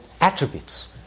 attributes